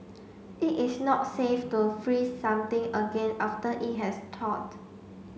it is not safe to freeze something again after it has thawed